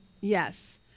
Yes